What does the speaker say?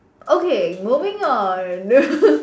okay moving on